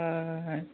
हय